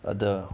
other